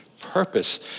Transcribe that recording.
purpose